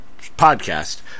podcast